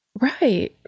Right